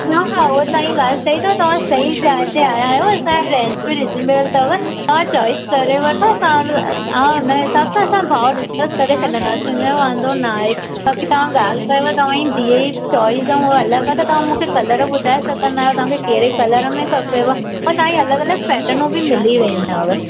हा हा हो ताईं ॻाल्हि सही अथव तव्हां सही जाइ ते आया आहियो असां रेट बि रिजनेबल अथव तव्हां चोइस करे वठो असां उन असां उन हिसाब सां असां भाव डिस्कस करे छॾींदासीं हिन जो वांदो न आहे बाक़ी तव्हां ॻाल्हि कयुव तव्हांजी धीअ जी चोइस हिकदमि अलॻि आहे त तव्हां मूंखे कलरु ॿुधाए सघंदा आहियो तव्हांखे कहिड़े कलरु में खपेव ऐं नईं अलॻि अलॻि पैटर्नूं बि मिली वेंदव